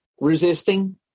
resisting